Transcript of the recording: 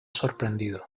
sorprendido